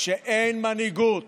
כשאין מנהיגות